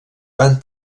van